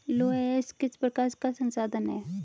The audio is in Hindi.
लौह अयस्क किस प्रकार का संसाधन है?